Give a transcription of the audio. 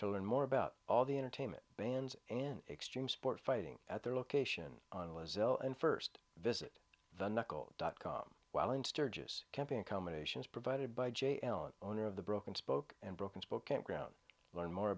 to learn more about all the entertainment bans and extreme sport fighting at their location on was ill and first visit the knuckle dot com while in sturgis camping accommodations provided by j l an owner of the broken spoke and broken spoken ground learn more